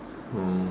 oh